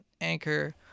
anchor